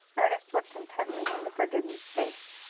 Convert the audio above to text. ernest looked intently in the brigand's face.